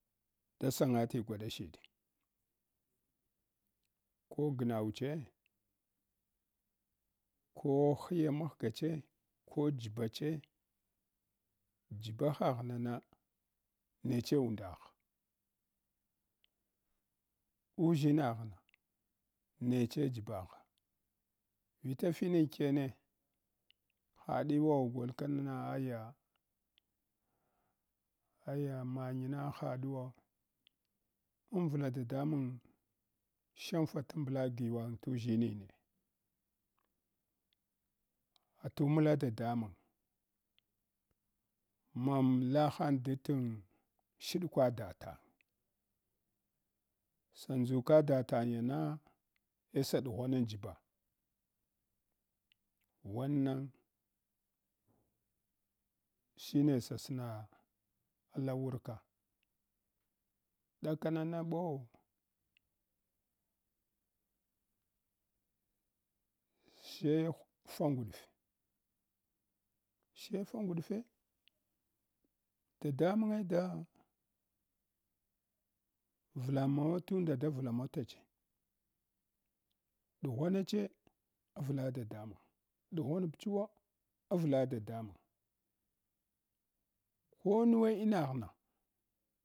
Da sangati gwaɗa shiɗe ko gnauche, ko hiya maghga che, kojiba che, kiba hagh nana nace uhudagh uʒshingh neche jibagha. Vita finin kyene hadiwo gol kamana aya aya manyena haɗunwa avula dadamung shanfa lambla giwang tuʒshine atumula dadamung mamllahang datshiɗkwa datang sa nʒuka datangyoma ai sa ɗughwanan jiba wanan shire sa snala wurka ɗakananaɓo shaifa guɗuf. Shaifa nguɗfe dadamunge da vulamawa tunda da vulanawatache. Ɗughwanache, arla ladamung, ɗughwan chwovla dadamung ko nuwe inaghna.